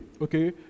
okay